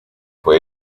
fue